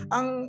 Ang